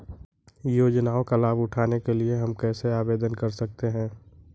योजनाओं का लाभ उठाने के लिए हम कैसे आवेदन कर सकते हैं?